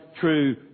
true